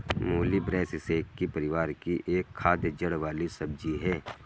मूली ब्रैसिसेकी परिवार की एक खाद्य जड़ वाली सब्जी है